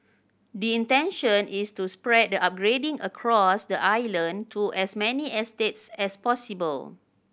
the intention is to spread the upgrading across the island to as many estates as possible